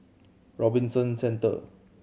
Robinson Centre